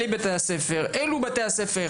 אלה בתי הספר,